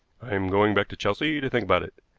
i'm going back to chelsea to think about it.